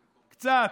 קצת,